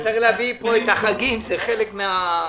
צריך להביא לכאן את החגים שהם חלק מהנושא.